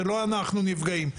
זה לא אנחנו נפגעים,